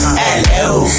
hello